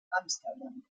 amsterdam